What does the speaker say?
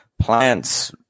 plants